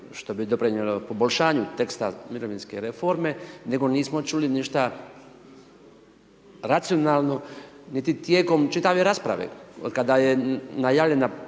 što bi doprinijelo poboljšanju teksta mirovinske reforme, nego nismo čuli ništa racionalno, niti tijekom čitave rasprave, od kada je najavljena